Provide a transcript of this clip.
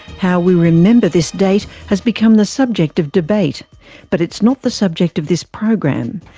how we remember this date has become the subject of debate but it's not the subject of this program.